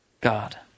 God